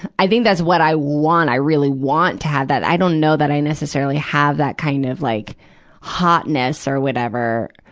i think that's what i want, i really want to have that. i don't know that i necessarily have that kind of like hotness or whatever.